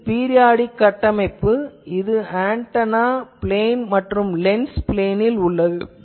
இது பீரியாடிக் கட்டமைப்பு இது ஆன்டெனா பிளேன் மற்றும் லென்ஸ் வேறு பிளேனில் உள்ளது